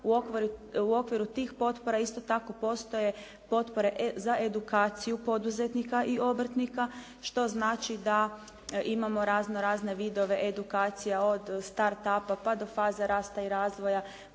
u okviru tih potpora isto tako postoje za edukaciju poduzetnika i obrtnika znači da imamo razno razne vidove edukacija od "star up" pa do faze rasta i razvoja,